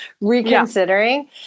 reconsidering